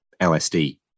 LSD